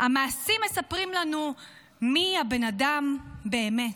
המעשים מספרים לנו מי הבן אדם באמת.